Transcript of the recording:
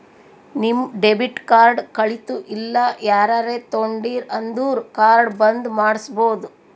ನಿಮ್ debit card ಕಳಿತು ಇಲ್ಲ ಯಾರರೇ ತೊಂಡಿರು ಅಂದುರ್ ಕಾರ್ಡ್ ಬಂದ್ ಮಾಡ್ಸಬೋದು